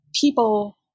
people